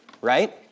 right